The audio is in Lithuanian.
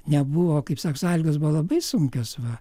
nebuvo kaip sako sąlygos buvo labai sunkios va